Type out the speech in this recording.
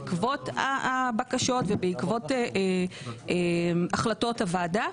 בעקבות הבקשות ובעקבות החלטות הוועדה.